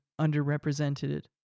underrepresented